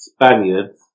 Spaniards